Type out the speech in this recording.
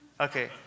Okay